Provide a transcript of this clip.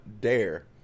dare